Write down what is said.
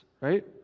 right